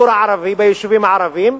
בקרב הציבור הערבי, ביישובים הערביים?